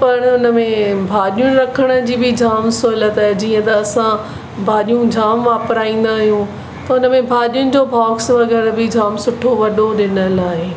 पर उनमें भाॼियूं रखण जी बि जाम सहुलियत आहे जीअं त असां भाॼियूं जाम वापराईंदा आहियूं त हुनमें भाॼियुनि जो बॉक्स वग़ैरह बि जाम सुठो वॾो ॾिनल आहे